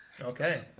okay